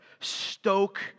stoke